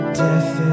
death